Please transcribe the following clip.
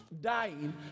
dying